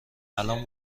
الان